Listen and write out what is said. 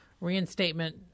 reinstatement